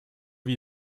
wie